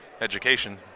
education